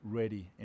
ready